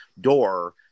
door